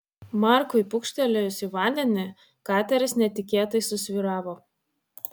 markui pūkštelėjus į vandenį kateris netikėtai susvyravo